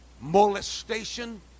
molestation